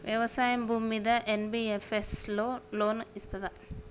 వ్యవసాయం భూమ్మీద NBFS loan ఇస్తదా?